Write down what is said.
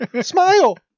Smile